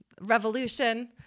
revolution